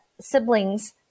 siblings